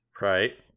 Right